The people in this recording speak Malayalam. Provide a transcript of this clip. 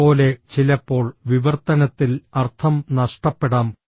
അതുപോലെ ചിലപ്പോൾ വിവർത്തനത്തിൽ അർത്ഥം നഷ്ടപ്പെടാം